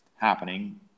happening